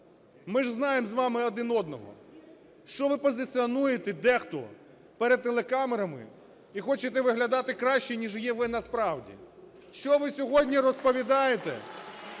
Ми ж знаємо з вами один одного. Що ви позиціонуєте дехто перед телекамерами і хочете виглядати краще, ніж є ви насправді? (Оплески) Що ви сьогодні розповідаєте